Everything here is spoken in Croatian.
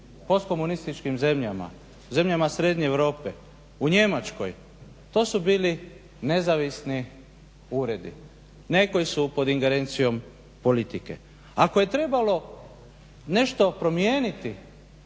post komunističkim zemljama, zemljama srednje Europe, u Njemačkoj to su bili nezavisni uredi. Nekoji su pod ingerencijom politike. Ako je trebalo nešto promijeniti